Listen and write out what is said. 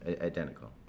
Identical